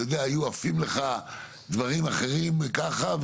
אתה יודע, היו עפים לך דברים אחרים ככה.